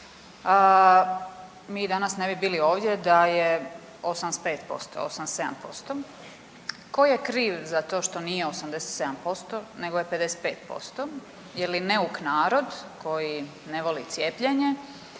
mi danas ne bi bili ovdje da je 85%, 87%. Ko je kriv za to što nije 87% nego je 55% je li neuk narod koji ne voli cijepljenje,